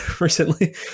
recently